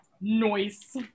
noise